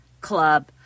club